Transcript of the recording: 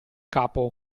capo